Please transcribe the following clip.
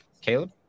Caleb